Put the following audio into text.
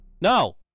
No